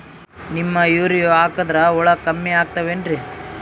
Neem urea ಹಾಕದ್ರ ಹುಳ ಕಮ್ಮಿ ಆಗತಾವೇನರಿ?